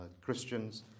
Christians